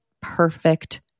perfect